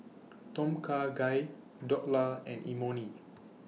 Tom Kha Gai Dhokla and Imoni